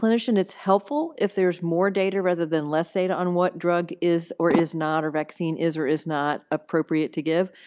clinician it's helpful if there's more data rather than less data on what drug is or is not, a vaccine is or is not appropriate to give,